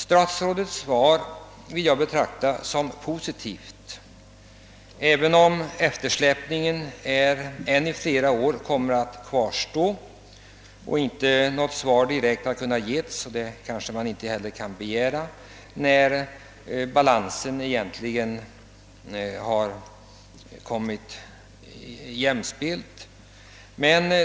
Statsrådet svar vill jag betrakta som positivt, även om eftersläpningen ännu flera år kommer att kvarstå och något direkt svar inte kunnat ges — det kanske man inte heller kan begära — beträffande när balans egentligen kan uppnås mellan tillgång och efterfrågan.